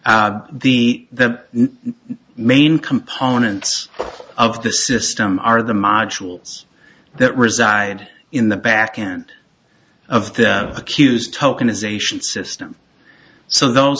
the the main components of the system are the modules that reside in the backend of the accused tokenization system so those